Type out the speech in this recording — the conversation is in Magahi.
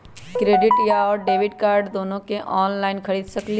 क्रेडिट कार्ड और डेबिट कार्ड दोनों से ऑनलाइन खरीद सकली ह?